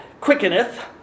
quickeneth